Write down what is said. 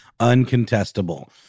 uncontestable